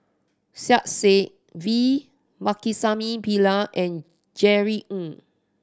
Saiedah Said V Pakirisamy Pillai and Jerry Ng